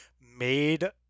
made